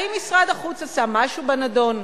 האם משרד החוץ עשה משהו בנדון?